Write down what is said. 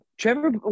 Trevor